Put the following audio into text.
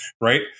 right